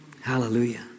Hallelujah